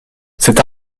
cette